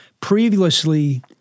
previously